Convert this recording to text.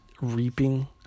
Reaping